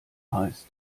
heißt